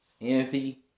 envy